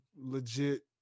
legit